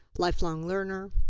lifelong learner,